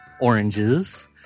oranges